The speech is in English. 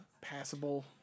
passable